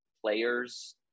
players